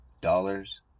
dollars